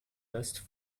west